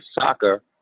soccer